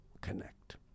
connect